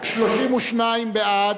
32 בעד,